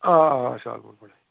آ آ شاہ گُنٛڈ پٮ۪ٹھَے